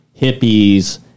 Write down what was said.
hippies